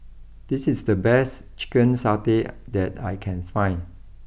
this is the best Chicken Satay that I can find